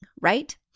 right